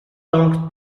donc